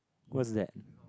what's that